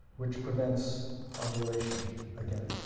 which prevents ovulation again,